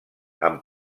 amb